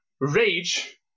rage